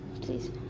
please